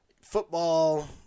football